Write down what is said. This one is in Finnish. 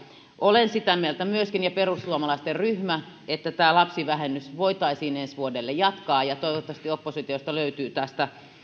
olen sitä mieltä myöskin samoin perussuomalaisten ryhmä että lapsivähennystä voitaisiin ensi vuodelle jatkaa toivottavasti oppositiosta löytyy tähän